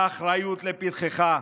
האחריות לפתחך,